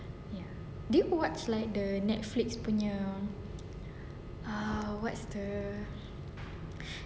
ya do you watch like the netflix punya ha what's the